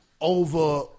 over